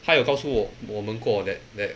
他有告诉我我们过 that that